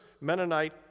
Mennonite